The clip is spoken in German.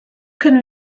können